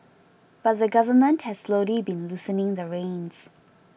but the Government has slowly been loosening the reins